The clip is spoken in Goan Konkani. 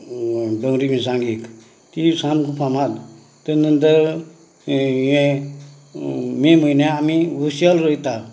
डोंगरी मिरसांगेक तिजे सामकी फामाद तेज नंतर हें मे म्हयन्या आमी उशल रोयता